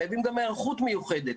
חייבים גם היערכות מיוחדת.